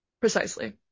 Precisely